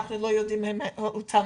אנחנו לא יודעים אם הוא תלמיד.